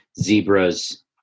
zebras